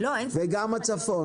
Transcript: כך גם בצפון,